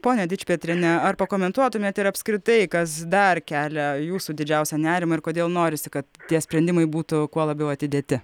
pone dičpetriene ar pakomentuotumėt ir apskritai kas dar kelia jūsų didžiausią nerimą ir kodėl norisi kad tie sprendimai būtų kuo labiau atidėti